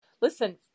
listen